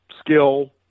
skill